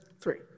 Three